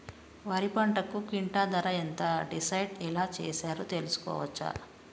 వరి పంటకు క్వింటా ధర ఎంత డిసైడ్ ఎలా చేశారు తెలుసుకోవచ్చా?